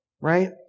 right